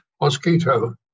mosquito